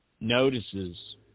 notices